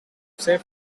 safe